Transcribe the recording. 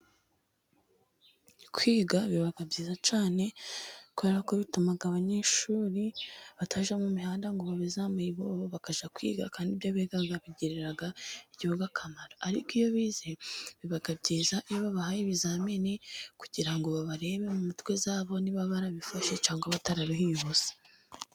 Kwiga biba byiza cyane kubera ko bituma abanyeshuri batajya mu mihanda ngo babe za muyibobo bakajya kwiga, kandi ibyo bigaga bigirira igihugu akamaro. Ariko iyo bize biba byiza iyo babahaye ibizamini, kugira ngo babarebe mu mutwe yabo cyangwa se niba barabifashe cyangwa batararuhiye ubusa.